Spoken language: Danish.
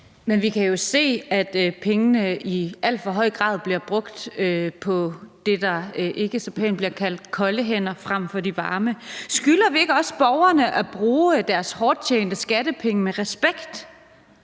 Men vi kan jo se, at pengene i alt for høj grad bliver brugt på det, der ikke så pænt bliver kaldt kolde hænder, frem for de varme hænder. Skylder vi ikke også borgerne at bruge deres hårdt tjente skattekroner med respekt?